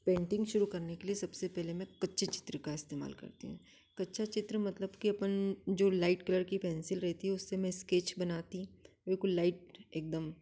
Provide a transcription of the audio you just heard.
paintings शुरु करने के लिए सबसे पहले मैं कच्चे चित्र का इस्तमाल करती हूँ कच्चा चित्र मतलब कि अपन जो लाइट कलर की पेन्सिल रहती है उससे मैं स्केच बनाती हूँ बिलकुल लाइट एकदम